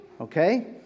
Okay